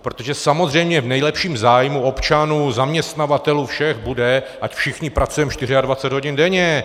Protože samozřejmě v nejlepším zájmu občanů, zaměstnavatelů, všech bude, ať všichni pracujeme 24 hodin denně.